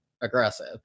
aggressive